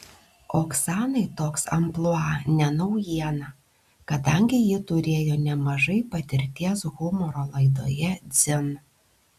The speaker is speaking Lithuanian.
oksanai toks amplua ne naujiena kadangi ji turėjo nemažai patirties humoro laidoje dzin